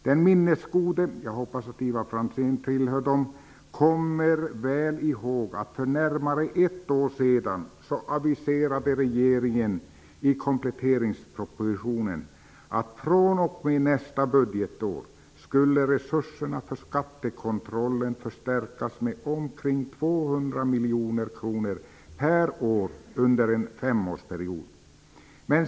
De minnesgoda -- jag hoppas att Ivar Franzén tillhör dem -- kommer väl i håg att regeringen i kompletteringspropositionen för närmare ett år sedan aviserade att resurserna för skattekontrollen skulle fr.o.m. nästa budgetår förstärkas med omkring 200 miljoner kronor per år under en femårsperiod.